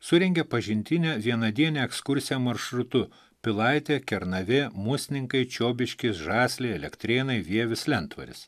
surengė pažintinę vienadienę ekskursiją maršrutu pilaitė kernavė musninkai čiobiškis žasliai elektrėnai vievis lentvaris